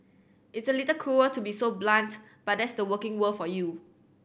it's a little cruel to be so blunt but that's the working world for you